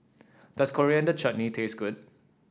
does Coriander Chutney taste good